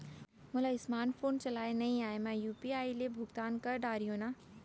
मोला smart phone चलाए नई आए मैं यू.पी.आई ले भुगतान कर डरिहंव न?